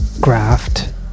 graft